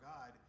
God